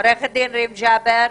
עו"ד רים ג'אבר,